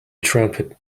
trumpet